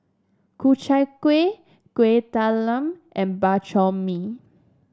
Ku Chai Kueh Kueh Talam and Bak Chor Mee